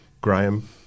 Graham